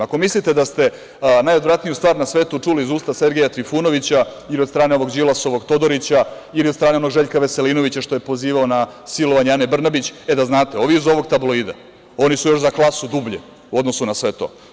Ako mislite da ste najodvratniju stvar na svetu čuli iz usta Sergeja Trifunovića ili od strane Đilasovog Todorića ili od strane Željka Veselinovića, što je pozivao na silovanje Ane Brnabić, e da znate, ovi iz ovog tabloida su za klasu još dublje u odnosu na sve to.